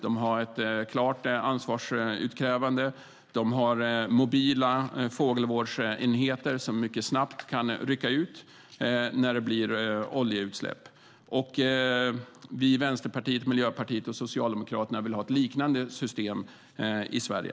Man har ett klart ansvarsutkrävande och mobila fågelvårdsenheter som snabbt kan rycka ut när det blir oljeutsläpp. Vänsterpartiet, Miljöpartiet och Socialdemokraterna vill ha ett liknande system i Sverige.